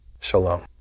Shalom